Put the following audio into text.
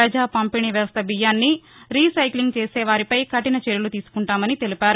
ప్రజా పంపిణి వ్యవస్ల బియ్యాన్ని రీస్రెక్లింగ్ చేసే వారిపై కఠిన చర్యలు తీసుకుంటామన్నారు